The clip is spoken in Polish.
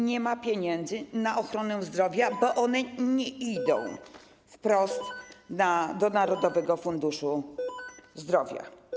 Nie ma pieniędzy na ochronę zdrowia, bo one nie idą wprost do Narodowego Funduszu Zdrowia.